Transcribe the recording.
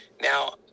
Now